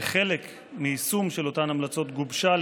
כחלק מיישום של אותן המלצות גובשה על